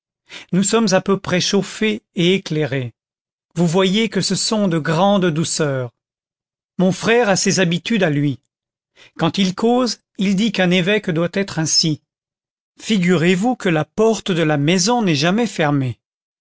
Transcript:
nous sommes à peu près chauffés et éclairés vous voyez que ce sont de grandes douceurs mon frère a ses habitudes à lui quand il cause il dit qu'un évêque doit être ainsi figurez-vous que la porte de la maison n'est jamais fermée